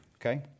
okay